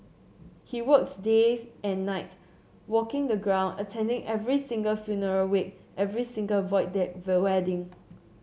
he works days and night walking the ground attending every single funeral wake every single Void Deck wedding